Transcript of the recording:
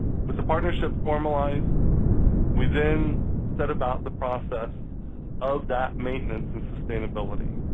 with the partnership formalized we then set about the process of that maintenance and sustainability.